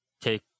take